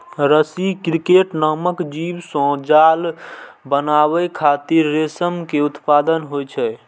रसी क्रिकेट नामक जीव सं जाल बनाबै खातिर रेशम के उत्पादन होइ छै